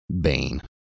Bane